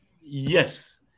Yes